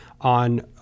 on